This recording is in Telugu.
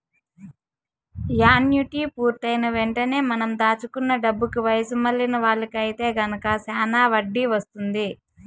యాన్యుటీ పూర్తయిన వెంటనే మనం దాచుకున్న డబ్బుకి వయసు మళ్ళిన వాళ్ళకి ఐతే గనక శానా వడ్డీ వత్తుంది